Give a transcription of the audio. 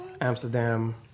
Amsterdam